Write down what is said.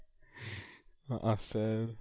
a'ah sia